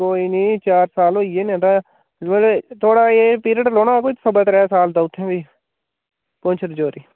कोई नी चार साल होई गे न तां थुआढ़े थुआढ़ा एह् पीरियड रौह्ना ऐ कोई सवा त्रै साल दा उत्थें बी पुंछ रजौरी